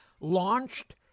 launched